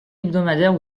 hebdomadaire